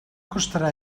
costarà